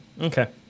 okay